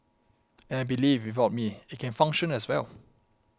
and I believe without me it can function as well